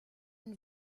wird